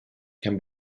can